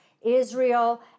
Israel